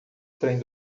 trem